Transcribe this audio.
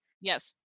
Yes